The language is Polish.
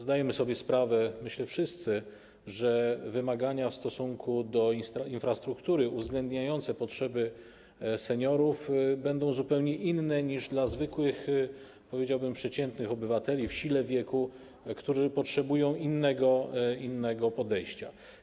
Zdajemy sobie sprawę, myślę, wszyscy, że wymagania w stosunku do infrastruktury uwzględniające potrzeby seniorów będą zupełnie inne niż dla zwykłych, powiedziałbym: przeciętnych obywateli w sile wieku, którzy potrzebują innego podejścia.